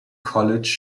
college